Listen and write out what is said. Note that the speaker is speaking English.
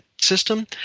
system